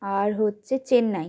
আর হচ্ছে চেন্নাই